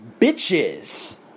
bitches